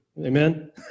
Amen